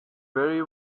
very